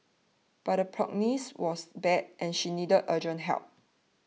but the prognosis was bad and she needed urgent help